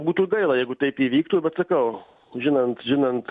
būtų gaila jeigu taip įvyktų bet sakau žinant žinant